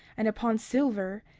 and upon silver,